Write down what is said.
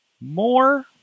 More